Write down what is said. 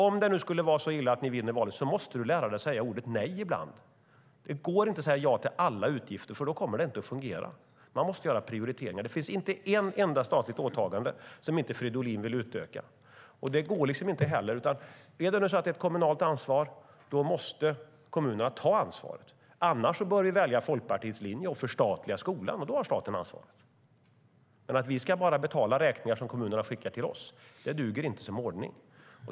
Om det nu skulle vara så illa att ni vinner valet måste du lära dig att säga ordet nej ibland. Det går inte att säga ja till alla utgifter, för då kommer det inte att fungera. Man måste göra prioriteringar. Det finns inte ett enda statligt åtagande som inte Fridolin vill utöka, och det går inte. Om det nu är ett kommunalt ansvar måste kommunerna ta ansvaret. Annars bör vi välja Folkpartiets linje och förstatliga skolan, och då har staten ansvaret. Men att vi bara ska betala räkningar som kommunerna skickar till oss duger inte som ordning.